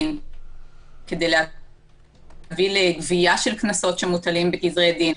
כדי להביא לגבייה של קנסות שמוטלים בגזרי דין,